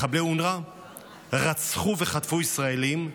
מחבלי אונר"א רצחו וחטפו ישראלים,